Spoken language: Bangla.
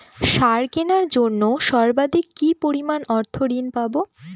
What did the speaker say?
সার কেনার জন্য সর্বাধিক কি পরিমাণ অর্থ ঋণ পাব?